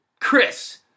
Chris